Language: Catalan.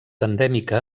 endèmica